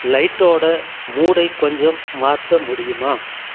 லைட்டோட மூடை கொஞ்சம் மாற்ற முடியுமா